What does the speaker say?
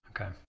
Okay